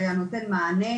שהיה נותן מענה